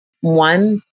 One